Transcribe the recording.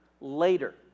later